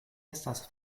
estas